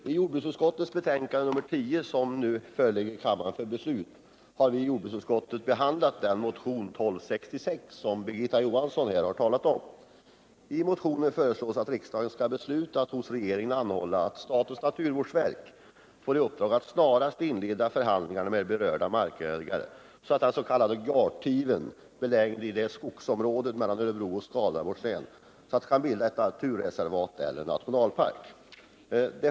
Herr talman! I jordbruksutskottets betänkande nr 10, som nu ligger på riksdagens bord för beslut, har behandlats motion nr 1266 som Birgitta Johansson nyss talat om. I motionen föreslås att riksdagens skall besluta att hos regeringen anhålla om att statens naturvårdsverk får i uppdrag att snarast inleda förhandlingar med berörda markägare, så att den s.k. Görtiven, belägen i skogsområdet mellan Örebro län och Skaraborgs län, kan bilda ett naturreservat eller en nationalpark.